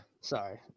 Sorry